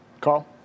Carl